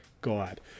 god